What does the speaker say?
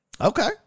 Okay